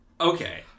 Okay